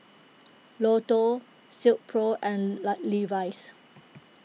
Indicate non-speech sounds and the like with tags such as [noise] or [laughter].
[noise] Lotto Silkpro and La Levi's